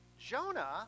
Jonah